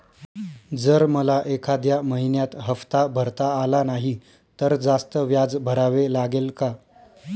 जर मला एखाद्या महिन्यात हफ्ता भरता आला नाही तर जास्त व्याज भरावे लागेल का?